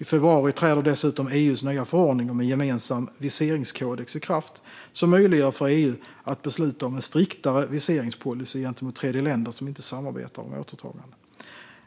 I februari träder dessutom EU:s nya förordning om en gemensam viseringskodex i kraft som möjliggör för EU att besluta om en striktare viseringspolicy gentemot tredjeländer som inte samarbetar om återtagande.